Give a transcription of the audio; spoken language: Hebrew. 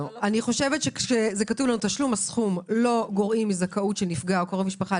כתוב שתשלום הסכום לא גורע מזכאות של נפגע או של קרוב משפחה,